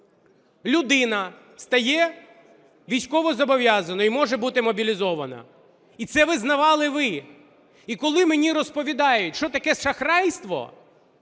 людина стає військовозобов'язаною і може бути мобілізована. І це визнавали ви. І коли мені розповідають що таке шахрайство,